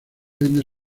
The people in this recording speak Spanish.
vende